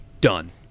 Done